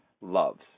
loves